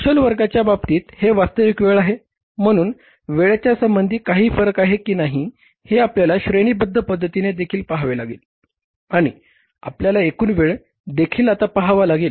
कुशल वर्गाच्या बाबतीत हे वास्तविक वेळ आहे म्हणून वेळेच्या संबंधी काही फरक आहे की नाही हे आपल्याला श्रेणीबद्ध पद्धतीने देखील पहावे लागेल आणि आपल्याला एकूण वेळ देखील आता पहावा लागेल